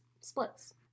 splits